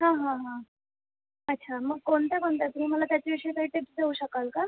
अच्छा मग कोणते कोणते तुम्ही मला त्याच्याविषयी काही टीप देऊ शकाल का